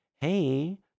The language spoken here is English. hey